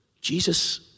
Jesus